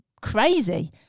crazy